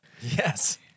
Yes